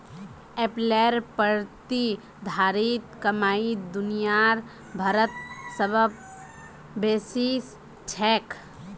एप्पलेर प्रतिधारित कमाई दुनिया भरत सबस बेसी छेक